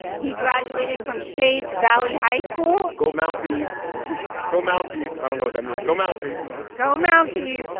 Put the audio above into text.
he graduated from shades valley high school go mounties go mounties. i don't know what that means. go mounties go mounties